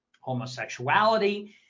homosexuality